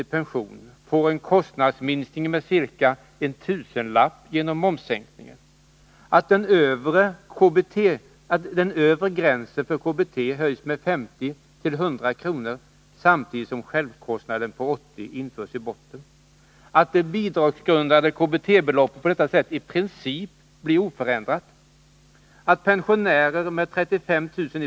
i pension får en kostnadsminskning med ca en tusenlapp genom momssänkningen, att det bidragsgrundande KBT-beloppet på detta sätt i princip blir oförändrat, att pensionärer med 35 000 kr.